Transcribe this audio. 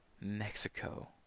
Mexico